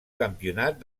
campionat